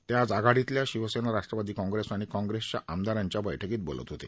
ते आज आघाडीतल्या शिवसेना राष्ट्रवादी कॉग्रेस आणि काँग्रेसच्या आमदारांच्या बैठकीत बोलत होते